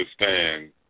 understand